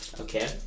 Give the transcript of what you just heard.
Okay